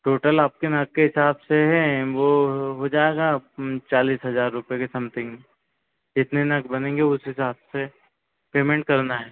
total आपके नग के हिसाब से हैं वह हो जाएगा चालीस हज़ार रुपये के समथिंग जितने नग बनेंगे उस हिसाब से पेमेंट करना है